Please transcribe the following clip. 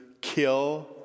kill